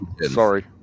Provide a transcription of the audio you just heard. Sorry